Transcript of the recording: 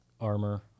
armor